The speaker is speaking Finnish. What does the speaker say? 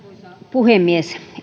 puhemies